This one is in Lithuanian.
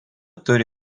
turi